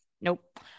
Nope